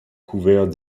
couvert